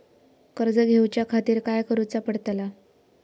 कर्ज घेऊच्या खातीर काय करुचा पडतला?